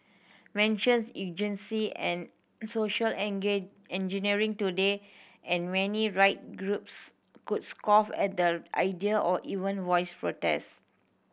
mentions eugenic and social engineering today and many right groups could scoff at the idea or even voice protest